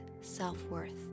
self-worth